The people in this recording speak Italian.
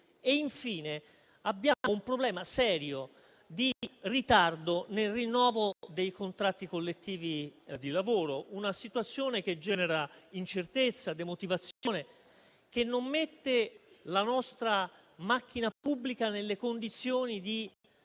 Infine, abbiamo un problema serio di ritardo nel rinnovo dei contratti collettivi di lavoro: una situazione che genera incertezza e demotivazione e non mette la nostra macchina pubblica nelle condizioni di svolgere